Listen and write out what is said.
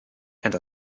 and